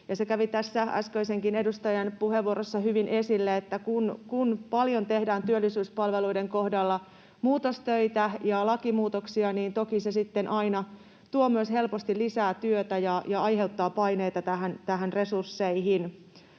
tässä äskeisenkin edustajan puheenvuorossa hyvin esille, että kun paljon tehdään työllisyyspalveluiden kohdalla muutostöitä ja lakimuutoksia, niin toki se sitten aina tuo helposti myös lisää työtä ja aiheuttaa paineita näihin resursseihin.